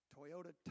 Toyota